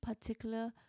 particular